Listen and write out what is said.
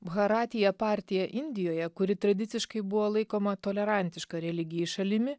bharatija partija indijoje kuri tradiciškai buvo laikoma tolerantiška religijai šalimi